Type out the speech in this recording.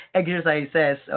exercises